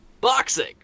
Boxing